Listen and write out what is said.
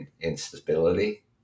instability